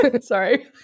Sorry